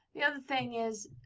the other thing is,